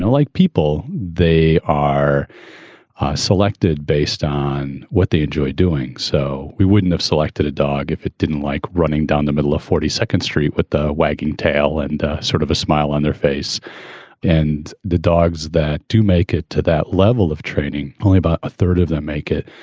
like people, they are selected based on what they enjoy doing. so we wouldn't have selected a dog if it didn't like running down the middle of forty second street with the wagging tail and sort of a smile on their face and the dogs that do make it to that level of training. only about a third of them make it.